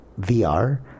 VR